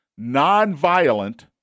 nonviolent